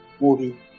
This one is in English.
movie